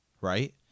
Right